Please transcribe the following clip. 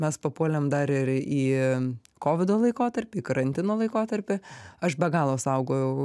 mes papuolėm dar ir į kovido laikotarpį karantino laikotarpį aš be galo saugojau